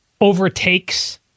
overtakes